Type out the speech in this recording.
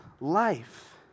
life